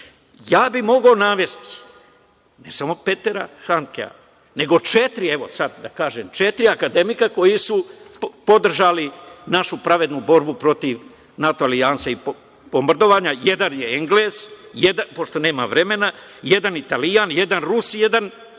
bih navesti, ne samo Petara Handkea, nego četiri, evo sad da kažem, četiri akademika koji su podržali našu pravednu borbu protiv NATO alijanse i protiv bombardovanja, jedan je Englez, pošto nemam vremena, jedan Italijan, jedan Rus i jedan